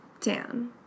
Dan